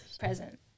Present